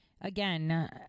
Again